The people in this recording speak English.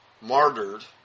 martyred